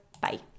Bye